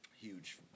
huge